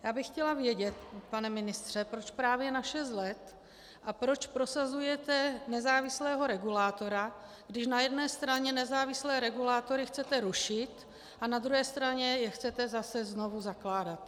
Já bych chtěla vědět, pane ministře, proč právě na šest let a proč prosazujete nezávislého regulátora, když na jedné straně nezávislé regulátory chcete rušit a na druhé straně je chcete zase znovu zakládat.